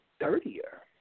dirtier